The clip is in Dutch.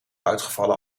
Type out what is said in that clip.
uitgevallen